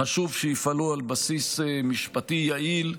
חשוב שיפעלו על בסיס משפטי יעיל,